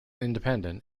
independent